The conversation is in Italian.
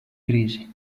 crisi